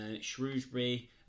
Shrewsbury